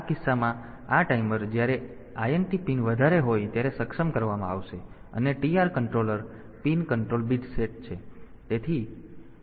તેથી આ કિસ્સામાં આ ટાઈમર જ્યારે INT પિન વધારે હોય ત્યારે સક્ષમ કરવામાં આવશે અને TR controller pin control bit set છે એટલે કે TR